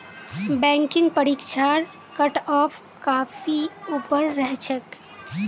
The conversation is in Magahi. बैंकिंग परीक्षार कटऑफ काफी ऊपर रह छेक